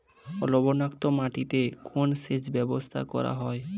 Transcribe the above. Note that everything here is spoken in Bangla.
লবণাক্ত মাটিতে কোন সেচ ব্যবহার করা হয়?